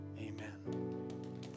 Amen